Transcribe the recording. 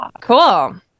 Cool